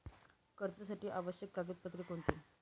कर्जासाठी आवश्यक कागदपत्रे कोणती?